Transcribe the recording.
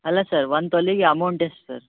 ಅಲ್ಲ sir one ತೊಲಿಗೆ amount ಎಷ್ಟು ಸರ್